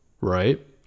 Right